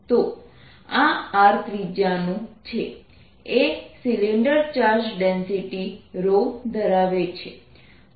તો આ R ત્રિજ્યાનું છે એ સિલિન્ડર ચાર્જ ડેન્સિટી ધરાવે છે